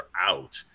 out